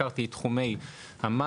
הזכרתי את תחומי המים,